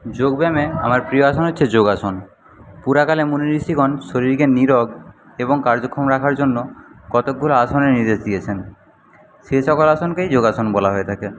যোগব্যায়ামে আমার প্রিয় আসন হচ্ছে যোগাসন পুরাকালে মুনি ঋষিগণ শরীরকে নীরোগ এবং কার্যক্ষম রাখার জন্য কতকগুলো আসনের নির্দেশ দিয়েছেন সেই সকল আসনকেই যোগাসন বলা হয়ে থাকে